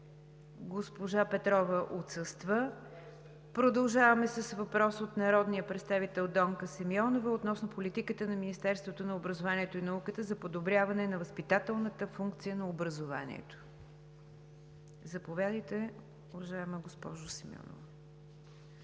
Госпожа Петрова отсъства. Продължаваме с въпрос от народния представител Донка Симеонова относно политиката на Министерството на образованието и науката за подобряване на възпитателната функция на образованието. Заповядайте, уважаема госпожо Симеонова.